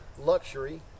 luxury